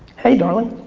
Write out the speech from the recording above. hey, darlin'.